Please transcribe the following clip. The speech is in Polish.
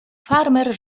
farmer